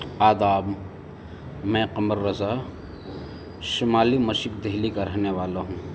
آداب میں قمر رضا شمالی مشرق دہلی کا رہنے والا ہوں